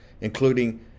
including